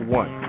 one